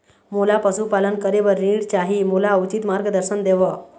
मोला पशुपालन करे बर ऋण चाही, मोला उचित मार्गदर्शन देव?